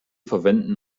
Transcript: verwenden